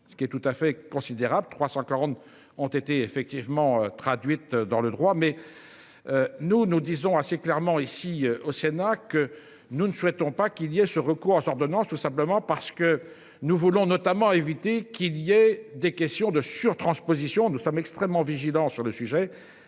ce qui est tout à fait considérable, 340 ont été effectivement traduite dans le droit mais. Nous nous disons assez clairement ici au Sénat, que nous ne souhaitons pas qu'il y a ce recours aux ordonnances, tout simplement parce que nous voulons notamment éviter qu'il y a des questions de sur-transpositions nous sommes extrêmement vigilants sur le sujet